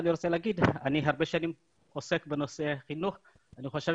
אני הרבה שנים עוסק בנושא חינוך ואני חושב